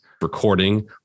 recording